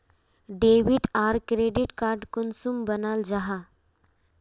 Debit आर credit card कुंसम बनाल जाहा?